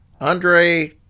Andre